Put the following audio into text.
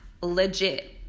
Legit